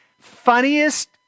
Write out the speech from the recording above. funniest